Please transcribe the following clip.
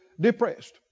depressed